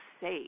safe